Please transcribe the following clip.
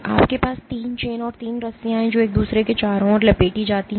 आपके पास 3 चेन 3 रस्सियां हैं जो एक दूसरे के चारों ओर लपेटी जाती हैं